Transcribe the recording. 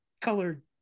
colored